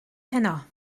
heno